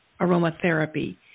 aromatherapy